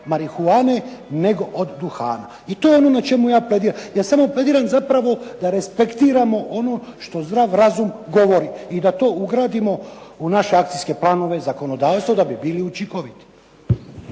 marihuane, nego od duhana. I to je ono na čemu ja plediram. Ja samo plediram zapravo da respektiramo ono što zdrav razum govori i da to ugradimo u naše akcijske planove, zakonodavstvo da bi bili učinkoviti.